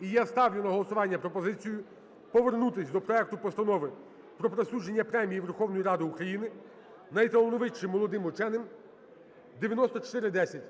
І я ставлю на голосування пропозицію повернутись до проекту Постанови про присудження Премії Верховної Ради України найталановитішим молодим ученим (9410).